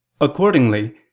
accordingly